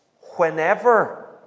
whenever